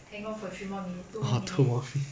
a long one hour I'm actually quite tired